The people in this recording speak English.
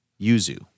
Yuzu